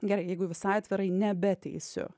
gerai jeigu visai atvirai nebeteisiu